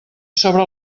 sobre